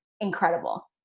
incredible